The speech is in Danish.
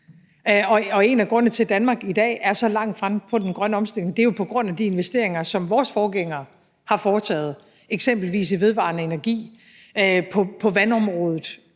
Og en af grundene til, at Danmark i dag er så langt fremme med den grønne omstilling, er jo på grund af de investeringer, som vores forgængere har foretaget, eksempelvis i vedvarende energi, på vandområdet